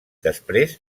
després